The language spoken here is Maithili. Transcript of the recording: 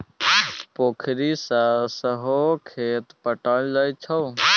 पोखरि सँ सहो खेत पटाएल जाइ छै